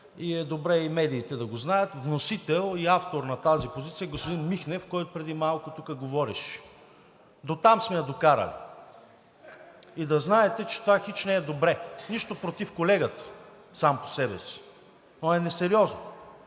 и е добре и медиите да го знаят. Вносител и автор на тази позиция е господин Михнев, който преди малко тук говореше. Дотам сме я докарали! И да знаете, че това хич не е добре. Нищо против колегата сам по себе си, но е несериозно.